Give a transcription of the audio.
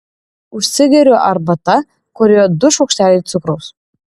užsigeriu arbata kurioje du šaukšteliai cukraus